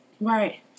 Right